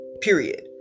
Period